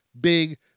Big